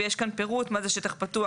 ויש כאן פירוט מה זה שטח פתוח.